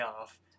off